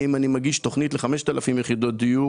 אם אני מגיש תכנית ל-5,000 יחידות דיור